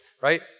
right